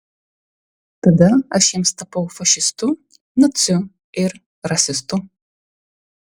tada aš jiems tapau fašistu naciu ir rasistu